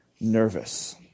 nervous